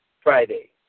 Friday